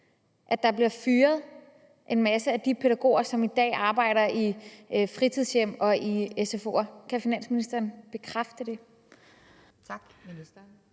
at der bliver fyret en masse af de pædagoger, som i dag arbejder i fritidshjem og i SFO'er? Kan finansministeren bekræfte det?